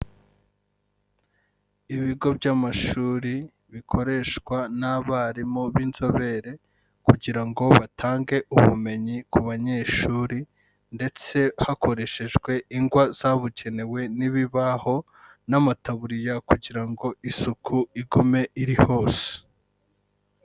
Ibigo by'amashuri bikoreshwa n'abarimu b'inzobere kugira ngo batange ubumenyi ku banyeshuri ndetse hakoreshejwe ingwa zabukenewe n'ibibaho n'amataburiya kugira ngo isuku igume iri hose.